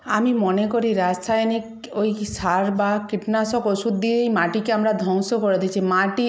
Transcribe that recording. আমি মনে করি রাসায়নিক ওই সার বা কীটনাশক ওষুধ দিয়েই মাটিকে আমরা ধ্বংস করে দিচ্ছি মাটি